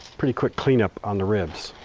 pretty quick cleanup on the ribs.